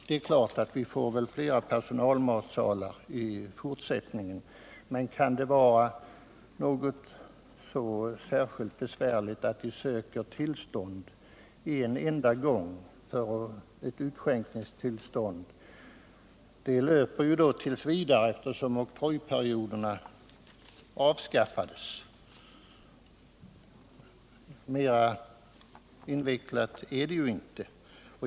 » Det är klart att vi kommer att få fler personalmatsalar i fortsättningen, men det kan inte vara särskilt besvärligt att de en enda gång söker tillstånd för utskänkning. Tillståndet löper ju tills vidare, eftersom oktrojperioderna avskaffats. Mer invecklat är det inte.